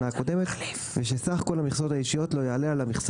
הקודמת ושסך כל המכסות האישיות לא יעלה על המכסה